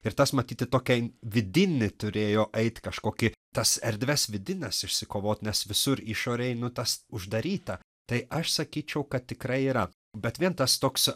ir tas matyti į tokį vidinį turėjo eit kažkokį tas erdves vidines išsikovot nes visur išorėj nu tas uždaryta tai aš sakyčiau kad tikrai yra bet vien tas toks